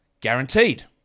guaranteed